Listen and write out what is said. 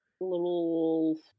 little